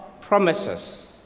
promises